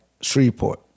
Shreveport